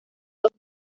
los